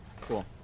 Cool